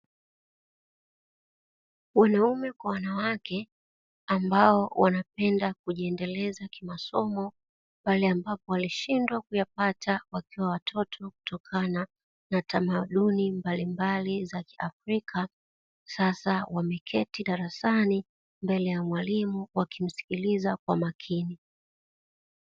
Wanaume kwa wanawake ambao wanapenda kujiendeleza kimasomo, pale ambapo walioshindwa kuyapata wakiwa watoto kutokana na tamaduni mbalimbali za kiafrika, sasa wameketi darasani mbele ya mwalimu wakimsikiliza kwa umakini.